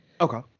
Okay